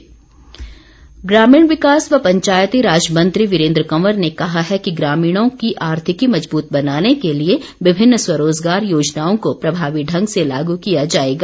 वीरेन्द्र कंवर ग्रामीण विकास व पंचायती राज मंत्री वीरेन्द्र कंवर ने कहा है कि ग्रामीणों की आर्थिकी मज़बूत बनाने के लिए विभिन्न स्वरोजगार योजनाओं को प्रभावी ढंग से लागू किया जाएगा